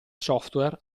software